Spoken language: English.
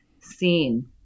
seen